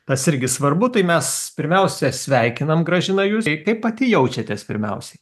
tas irgi svarbu tai mes pirmiausia sveikinam grąžina jus kaip pati jaučiatės pirmiausiai